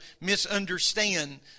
misunderstand